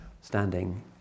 standing